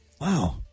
wow